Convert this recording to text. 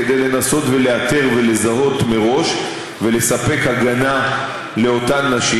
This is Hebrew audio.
כדי לנסות ולאתר מראש ולספק הגנה לאותן נשים.